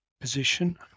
position